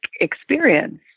experience